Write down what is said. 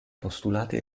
postulati